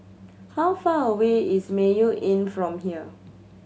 how far away is Mayo Inn from here